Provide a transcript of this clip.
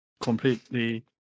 completely